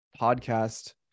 podcast